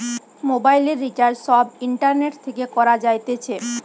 মোবাইলের রিচার্জ সব ইন্টারনেট থেকে করা যাইতেছে